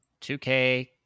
2k